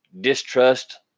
distrust